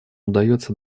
удастся